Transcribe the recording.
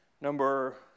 Number